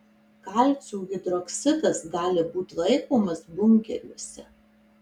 kalcio hidroksidas gali būti laikomas bunkeriuose